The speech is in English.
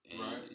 Right